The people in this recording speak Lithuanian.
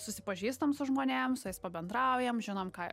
susipažįstam su žmonėm su jais pabendraujam žinom ką